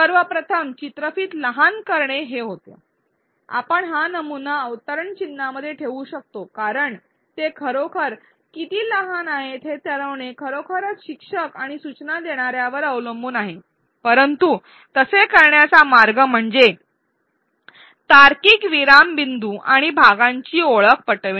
सर्वप्रथम चित्रफित लहान करणे हे होते आपण हा नमुना अवतरण चिन्हांमध्ये ठेवू शकतो कारण ते खरोखर किती लहान आहेत हे ठरविणे खरोखरच शिक्षक आणि सूचना देणाऱ्यावर अवलंबून आहे परंतु तसे करण्याचा मार्ग म्हणजे तार्किक विराम बिंदू आणि भागांची ओळख पटविणे